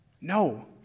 No